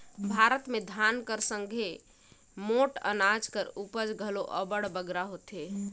भारत में धान कर संघे मोट अनाज कर उपज घलो अब्बड़ बगरा होथे